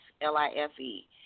L-I-F-E